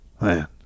Man